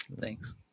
Thanks